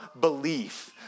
belief